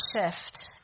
shift